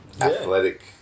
athletic